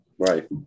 Right